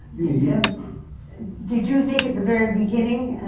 yeah did you think, at the very beginning, ah